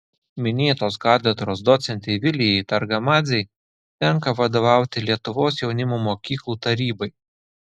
minėtos katedros docentei vilijai targamadzei tenka vadovauti lietuvos jaunimo mokyklų tarybai